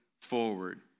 forward